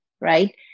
Right